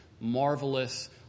marvelous